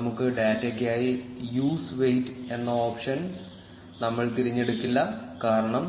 നമ്മുടെ ഡാറ്റയ്ക്കായി use weight എന്ന ഓപ്ഷൻ നമ്മൾ തിരഞ്ഞെടുക്കില്ല കാരണം